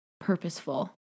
purposeful